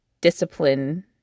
discipline